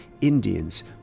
Indians